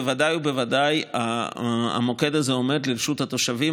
בוודאי ובוודאי המוקד הזה עומד לרשות התושבים,